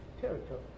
territory